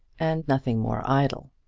and nothing more idle.